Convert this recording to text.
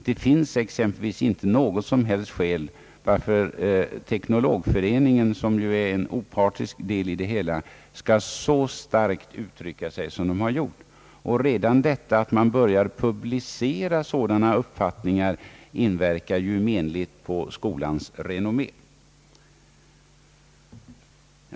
Det finns exempelvis inte något som helst skäl till att Teknologföreningen, som ju är helt opartisk, skulle så starkt uttrycka sin tveksamhet om denna inte vore befogad. Redan det förhållandet att sådana uppfattningar börjat publiceras inverkar menligt på skolans renommé.